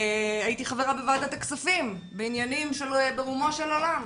והייתי חברה בוועדת הכספים בעניינים שברומו של עולם.